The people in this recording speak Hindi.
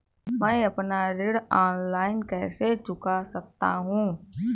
मैं अपना ऋण ऑनलाइन कैसे चुका सकता हूँ?